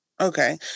okay